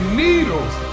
needles